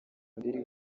mbiri